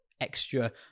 extra